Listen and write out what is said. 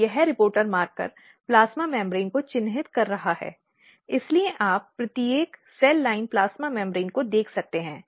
यह reporter marker plasma झिल्ली को चिह्नित कर रहा है इसलिए आप प्रत्येक कोशिका लाइनों प्लाज्मा झिल्ली को देख सकते हैं